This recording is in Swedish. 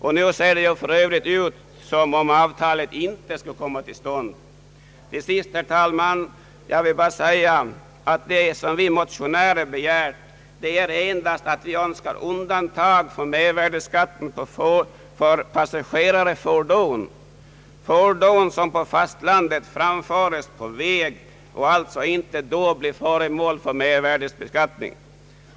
För övrigt ser det nu ut som om avtalet inte skulle komma till stånd. Till sist, herr talman, vill jag bara säga att det som vi motionärer begärt är endast ett undantag från mervärdeskatt på passagerarfordon, fordon som på fastlandet framförs på väg och alltså inte då blir föremål för mervärdebeskattning.